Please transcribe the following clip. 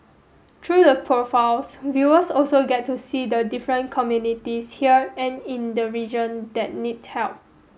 through the profiles viewers also get to see the different communities here and in the region that need help